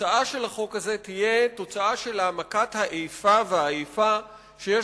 התוצאה של החוק הזה תהיה תוצאה של העמקת איפה ואיפה שיש